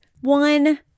One